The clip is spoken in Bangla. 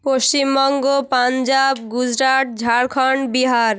পশ্চিমবঙ্গ পাঞ্জাব গুজরাট ঝাড়খন্ড বিহার